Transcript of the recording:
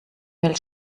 mail